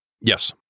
Yes